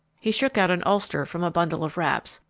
he shook out an ulster from a bundle of wraps,